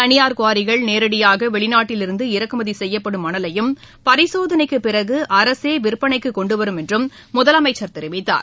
தளியார் குவாரிகள் நேரடியாக வெளிநாட்டிலிருந்து இறக்குமதி செய்யப்படும் மணலையும் பரிசோதளைக்குப் பிறகு அரசே விற்பனைக்கு கொண்டுவரும் என்றும் முதலமைச்சர் தெரிவித்தார்